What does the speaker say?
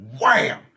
wham